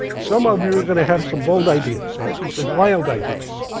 some of you are going to have some bold ideas, actually some wild ideas,